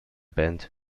band